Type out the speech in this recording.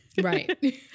Right